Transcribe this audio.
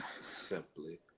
simply